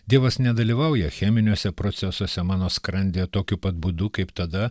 dievas nedalyvauja cheminiuose procesuose mano skrandyje tokiu pat būdu kaip tada